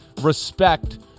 respect